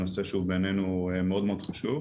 אנחנו מתעסקים בסוגיה הזאת הרבה מאוד.